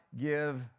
give